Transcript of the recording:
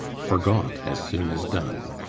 forgot as soon as done.